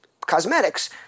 cosmetics